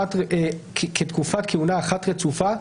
כתקופת כהונה אחת רצופה,